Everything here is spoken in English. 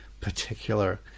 particular